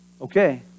Okay